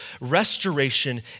restoration